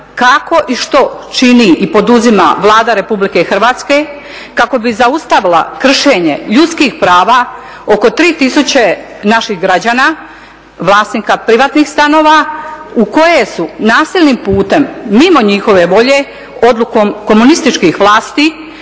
kako i što čini i poduzima Vlada Republike Hrvatske kako bi zaustavila kršenje ljudskih prava oko 3000 naših građana, vlasnika privatnih stanova u koje su nasilnim putem mimo njihove volje odlukom komunističkih vlasti